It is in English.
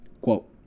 Quote